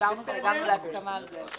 דיברנו פה גם על ההסכמה על זה.